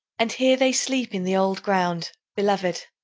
and here they sleep in the old ground beloved.